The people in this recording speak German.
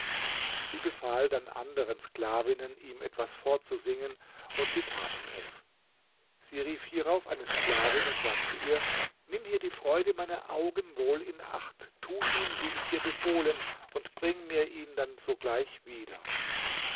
sie befahl dann anderen sklavinnen ihm etwas vorzusingen und sie taten es sie rief hierauf eine sklavin und sagte ihr nimm hier die freude meiner augen wohl in acht tu ihm wie ich dir befohlen und bring mir ihn dann sogleich wieder